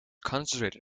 concentrated